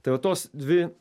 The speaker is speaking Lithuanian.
tai va tos dvi